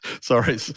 Sorry